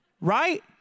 Right